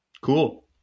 Cool